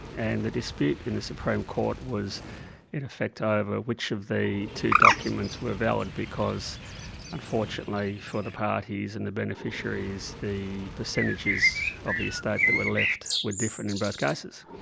and the dispute in the supreme court was in effect over which of the two documents were valid, because unfortunately for the parties and the beneficiaries, the percentages of the estate that were left were different in both cases.